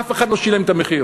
אף אחד לא שילם את המחיר.